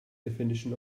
definition